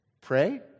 Pray